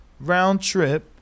round-trip